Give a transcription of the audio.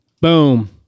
Boom